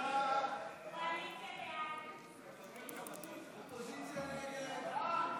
על הקמת משרדים חדשים נתקבלה.